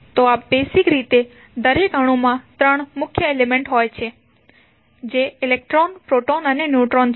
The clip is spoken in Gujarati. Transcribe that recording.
તો બેઝિક રીતે દરેક અણુમાં 3 મુખ્ય એલિમેન્ટ હોય છે જે ઇલેક્ટ્રોન પ્રોટોન અને ન્યુટ્રોન હોય છે